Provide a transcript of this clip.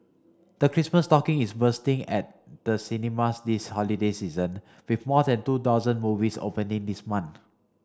the Christmas stocking is bursting at the cinemas this holiday season with more than two dozen movies opening this month